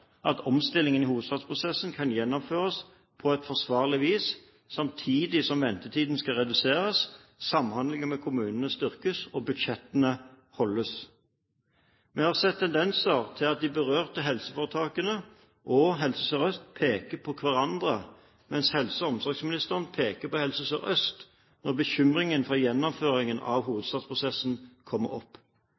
at omstillingen i hovedstadsprosessen kan gjennomføres på et forsvarlig vis, samtidig som ventetiden skal reduseres, samhandlingen med kommunene styrkes og budsjettene holdes. Vi har sett tendenser til at de berørte helseforetakene og Helse Sør-Øst peker på hverandre, mens helse- og omsorgsministeren peker på Helse Sør-Øst når bekymringen for gjennomføringen av hovedstadsprosessen kommer opp.